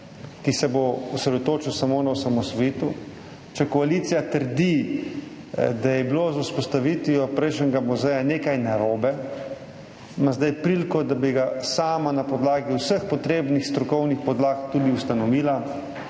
ki se bo osredotočil samo na osamosvojitev. Če koalicija trdi, da je bilo z vzpostavitvijo prejšnjega muzeja nekaj narobe, ima zdaj priliko, da bi ga sama na podlagi vseh potrebnih strokovnih podlag tudi ustanovila.